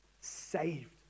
Saved